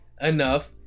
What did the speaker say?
enough